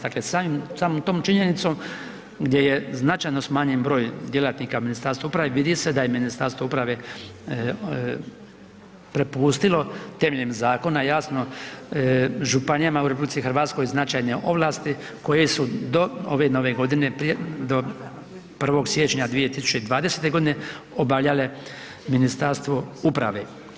Dakle samom tom činjenicom gdje je značajno smanjen broj djelatnika Ministarstva uprave, vidi se da je Ministarstvo uprave prepustilo temeljem zakona jasno, županijama u RH, značajne ovlasti koje su do ove nove godine, do 1. siječnja 2020. g. obavljale Ministarstvo uprave.